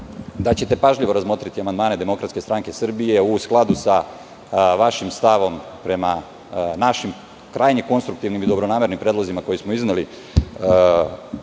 da ćete pažljivo razmotriti amandmane DSS, u skladu sa vašim stavom prema našim krajnje konstruktivnim i dobronamernim predlozima koje smo izneli